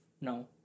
No